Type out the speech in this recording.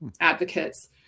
advocates